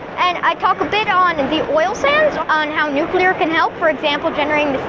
and i talk a bit on and the oil-sands, on how nuclear can help. for example generating